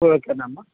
ఓకేనమ్మ